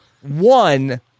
One